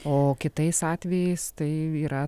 o kitais atvejais tai yra